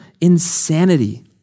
insanity